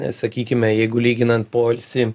sakykime jeigu lyginant poilsį